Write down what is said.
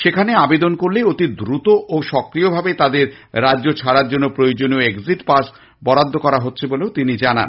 সেখানে আবেদন করলে অতি দ্রুত ও স্বয়ংক্রিয়ভাবে তাদের রাজ্য ছাড়ার জন্য প্রয়োজনীয় এক্সিট পাস বরাদ্দ করা হচ্ছে বলে তিনি জানান